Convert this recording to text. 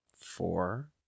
Four